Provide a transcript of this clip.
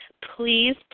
please